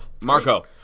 Marco